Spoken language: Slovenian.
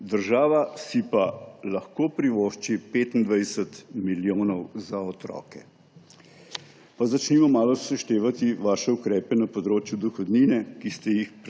država si pa lahko privošči 25 milijonov za otroke. Pa začnimo malo seštevati vaše ukrepe na področju dohodnine, ki ste jih